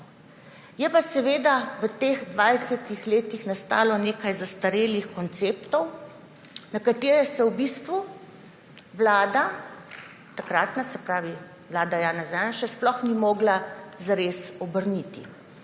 Je pa seveda v teh dvajsetih letih nastalo nekaj zastarelih konceptov, na katere se v bistvu vlada, takratna vlada Janeza Janše sploh ni mogla zares obrniti.